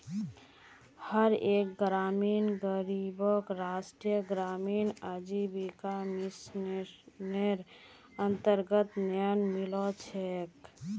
हर एक ग्रामीण गरीबक राष्ट्रीय ग्रामीण आजीविका मिशनेर अन्तर्गत न्याय मिलो छेक